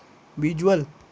visual